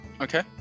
Okay